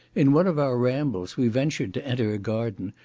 in one of our rambles we ventured to enter a garden,